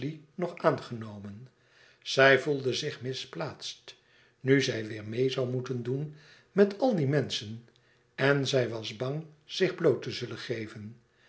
nog aangenomen zij voelde zich misplaatst nu zij weêr meê zoû moeten doen met al die menschen en zij was bang zich bloot te zullen geven